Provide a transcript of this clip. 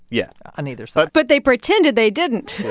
yeah. on either side but they pretended they didn't